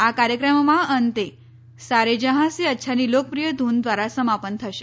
આ કાર્યક્રમમાં અંતે સારે જહાં સે અચ્છાની લોકપ્રિય ધૂન દ્વારા સમાપન થશે